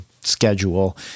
schedule